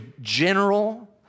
general